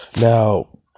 Now